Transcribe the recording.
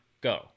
Go